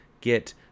get